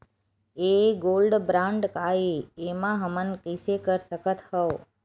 ये gold bond काय ए एमा हमन कइसे कर सकत हव?